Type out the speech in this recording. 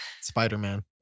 Spider-Man